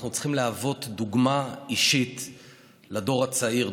אנחנו צריכים להוות דוגמה אישית לדור הצעיר.